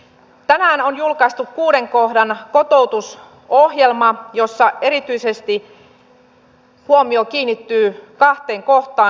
tänään on julkaistu kuuden kohdan kotoutusohjelma jossa erityisesti huomio kiinnittyy kahteen kohtaan